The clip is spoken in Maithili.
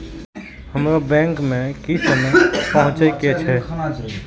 हमरो बैंक में की समय पहुँचे के छै?